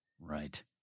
Right